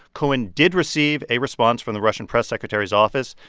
cohen did receive a response from the russian press secretary's office.